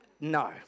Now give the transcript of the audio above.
no